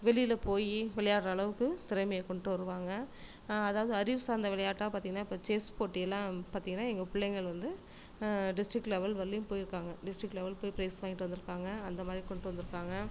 வெளியில் போய் விளையாட்ற அளவுக்கு திறமையை கொண்டுட்டு வருவாங்க அதாவது அறிவு சார்ந்த விளையாட்டாக பார்த்தீங்கன்னா இப்போ செஸ் போட்டியெல்லாம் பார்த்தீங்கன்னா எங்கள் பிள்ளைங்கள் வந்து டிஸ்ட்ரிக் லெவல் வரையிலும் போயிருக்காங்க டிஸ்ட்ரிக் லெவல் போய் பிரைஸ் வாங்கிகிட்டு வந்துருக்காங்க அந்தமாதிரி கொண்டுட்டு வந்துருக்காங்க